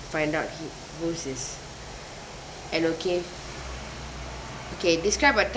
find out he whose is and okay okay describe a